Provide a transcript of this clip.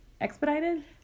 expedited